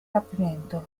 rapimento